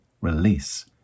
release